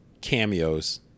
cameos